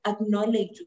acknowledge